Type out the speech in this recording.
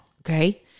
Okay